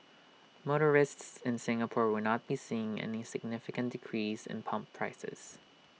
motorists in Singapore will not be seeing any significant decrease in pump prices